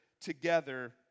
Together